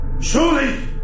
surely